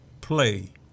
play